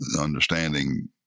understanding